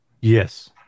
Yes